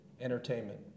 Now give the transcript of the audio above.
entertainment